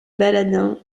baladins